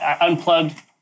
Unplugged